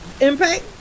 impact